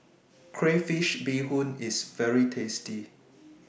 Crayfish Beehoon IS very tasty